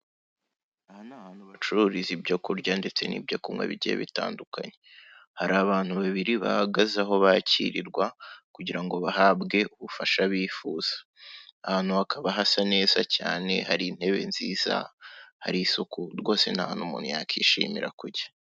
Aha ni ahantu bacururiza ibyo kurya ndetse n'ibyo kunywa bigiye bitandukanye, hari abantu babiri bahagaze aho bakirirwa kugira ngo bahabwe ubufasha bifuza. Aha hantu hakaba hasa neza cyane hari intebe nziza, hari isuku rwose ni ahantu umuntu yakwishimira kujya.